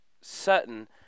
Sutton